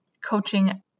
coaching